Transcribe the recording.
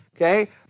Okay